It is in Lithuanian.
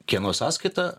kieno sąskaita